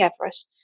Everest